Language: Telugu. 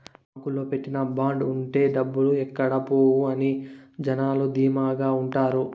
బాంకులో పెట్టే బాండ్ ఉంటే డబ్బులు ఎక్కడ పోవు అని జనాలు ధీమాగా ఉంటారు